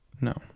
No